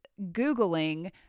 Googling